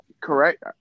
Correct